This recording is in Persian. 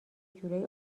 جورایی